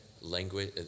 Language